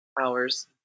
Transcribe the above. hours